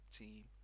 team